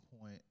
point